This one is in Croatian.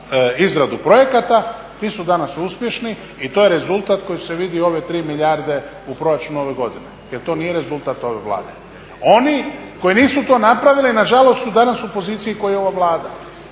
izradu projekata, ti su danas uspješni i to je rezultat koji se vid u ove tri milijarde u proračunu ove godine jel to nije rezultat ove Vlade. Oni koji nisu to napravili nažalost su danas u poziciji kao i ova Vlada.